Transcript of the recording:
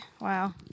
Wow